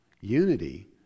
Unity